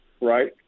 Right